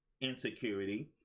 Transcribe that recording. insecurity